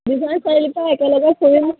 বিশ্বনাথ চাৰিআলিৰ পৰা একেলগে ফুৰিম